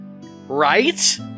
Right